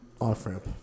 off-ramp